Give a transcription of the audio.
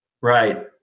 Right